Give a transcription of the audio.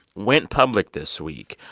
went public this week.